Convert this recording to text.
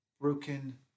broken